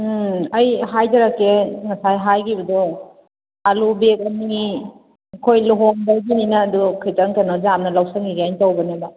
ꯎꯝ ꯑꯩ ꯍꯥꯏꯖꯔꯛꯀꯦ ꯉꯁꯥꯏ ꯍꯥꯏꯈꯤꯕꯗꯣ ꯑꯥꯂꯨ ꯕꯦꯛ ꯑꯅꯤ ꯑꯩꯈꯣꯏ ꯂꯨꯍꯣꯡꯕꯒꯤꯅꯤꯅ ꯑꯗꯣ ꯈꯤꯇꯪ ꯀꯩꯅꯣ ꯌꯥꯝꯅ ꯂꯧꯁꯤꯟꯈꯤꯒꯦ ꯍꯥꯏꯅ ꯇꯧꯕꯅꯦꯕ